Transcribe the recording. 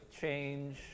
change